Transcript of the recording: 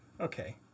Okay